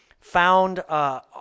found